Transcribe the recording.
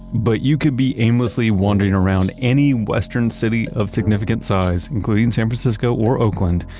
but you could be aimlessly wandering around any western city of significant size including san francisco or oakland,